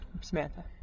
Samantha